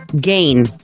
gain